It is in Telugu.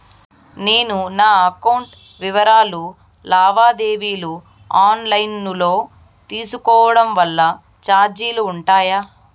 నేను నా అకౌంట్ వివరాలు లావాదేవీలు ఆన్ లైను లో తీసుకోవడం వల్ల చార్జీలు ఉంటాయా?